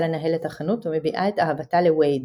לנהל את החנות ומביעה את אהבתה לוייד.